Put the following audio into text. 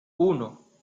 uno